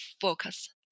focus